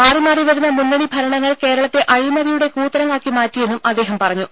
മാറി വരുന്ന മുന്നണി ഭരണങ്ങൾ കേരളത്തെ അഴിമതിയുടെ കൂത്തരങ്ങാക്കി മാറ്റിയെന്നും അദ്ദേഹം പറഞ്ഞു